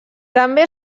també